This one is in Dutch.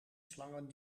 slangen